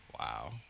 Wow